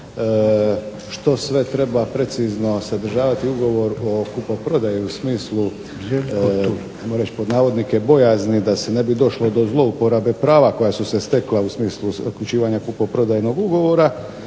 što sve treba precizno sadržavati ugovor o kupoprodaji ajmo reći „bojazni“ da se ne bi došlo do zlouporabe prava koja su se stekla u smislu uključivanja kupoprodajnog ugovora